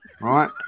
right